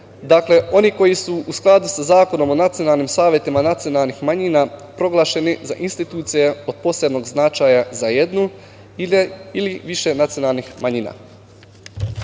dakle oni koji su u skladu sa Zakonom o nacionalnim savetima nacionalnih manjina proglašeni za institucije od posebnog značaja za jednu ili više nacionalnih manjina. Podsetio